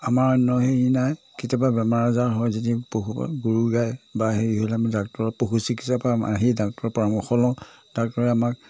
আমাৰ ন সেই নাই কেতিয়াবা বেমাৰ আজাৰ হয় যদি পশু পালন গৰু গাই বা হেৰি হ'লে আমি ডাক্তৰ পশু চিকিৎসালয়ৰ পৰা আহি ডাক্তৰৰ পৰামৰ্শ লওঁ ডাক্তৰে আমাক